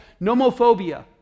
nomophobia